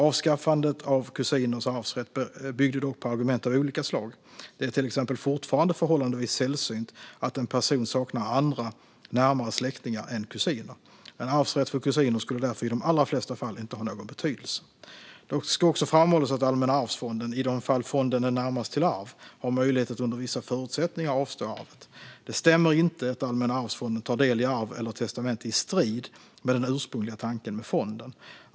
Avskaffandet av kusiners arvsrätt byggde dock på argument av olika slag. Det är till exempel fortfarande förhållandevis sällsynt att en person saknar andra, närmare släktingar än kusiner. En arvsrätt för kusiner skulle därför i de allra flesta fall inte ha någon betydelse. Det ska också framhållas att Allmänna arvsfonden, i de fall fonden är närmast till arv, har möjlighet att under vissa förutsättningar avstå arvet. Det stämmer inte att Allmänna arvsfonden tar del i arv eller testamente i strid med den ursprungliga tanken med fonden.